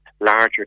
larger